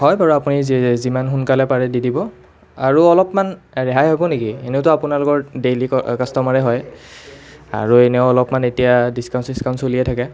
হয় বাৰু আপুনি যি যিমান সোনকালে পাৰে দি দিব আৰু অলপমান ৰেহাই হ'ব নেকি এনেওতো আপোনালোকৰ দেইলী কাষ্টমাৰে হয় আৰু এনেও অলপমান এতিয়া দিচকাউণ্ট চিচকাউন্ট চলিয়েই থাকে